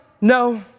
no